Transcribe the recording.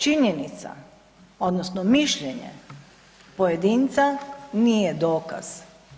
Činjenica, odnosno mišljenje pojedinca nije dokaz.